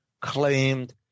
claimed